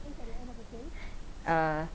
uh